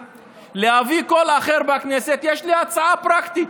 להביא קול אחר בכנסת יש לי הצעה פרקטית,